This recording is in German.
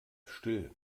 still